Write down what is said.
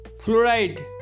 fluoride